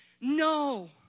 no